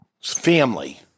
family